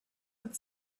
with